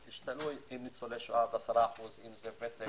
תלוי, אם ניצולי שואה 10%, אם ותק.